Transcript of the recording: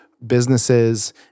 businesses